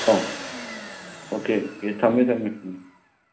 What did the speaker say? ꯀꯣ okay okay ꯊꯝꯃꯦ ꯊꯝꯃꯦ ꯎꯝ